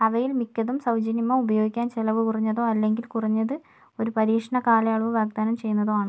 അവയിൽ മിക്കതും സൗജന്യമോ ഉപയോഗിക്കാൻ ചിലവ് കുറഞ്ഞതോ അല്ലെങ്കിൽ കുറഞ്ഞത് ഒരു പരീക്ഷണ കാലയളവ് വാഗ്ദാനം ചെയ്യുന്നതോ ആണ്